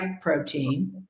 protein